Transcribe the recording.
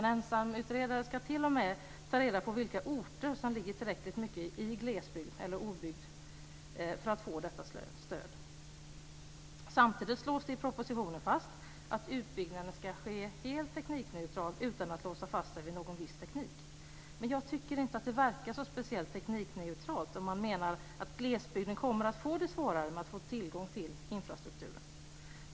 En ensamutredare ska t.o.m. ta reda på vilka orter som ligger tillräckligt mycket i glesbygd eller obygd för att få detta stöd. Samtidigt slås det i propositionen fast att utbyggnaden ska ske helt teknikneutralt utan att låsa fast sig vid någon viss teknik. Men jag tycker inte att det verkar så speciellt teknikneutralt om man menar att glesbygden kommer att få det svårare med att få till gång till infrastrukturen.